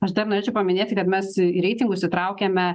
aš dar norėčiau paminėti kad mes į reitingus įtraukiame